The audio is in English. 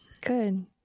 good